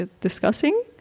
discussing